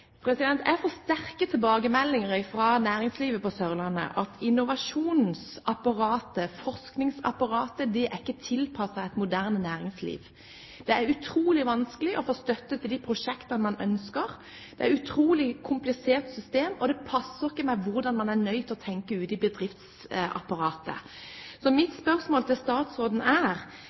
fra næringslivet på Sørlandet om at innovasjonsapparatet, forskningsapparatet, ikke er tilpasset et moderne næringsliv. Det er utrolig vanskelig å få støtte til de prosjektene man ønsker. Det er et utrolig komplisert system, og det passer ikke med hvordan man er nødt til å tenke ute i bedriftsapparatet. Så mitt spørsmål til statsråden er: